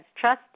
trust